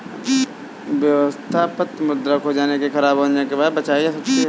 व्यवस्था पत्र मुद्रा खो जाने या ख़राब हो जाने के बाद भी बचाई जा सकती है